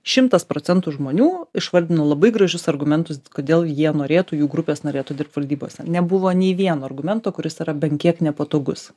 šimtas procentų žmonių išvardino labai gražius argumentus kodėl jie norėtų jų grupės norėtų dirbt valdybose nebuvo nei vieno argumento kuris yra bent kiek nepatogus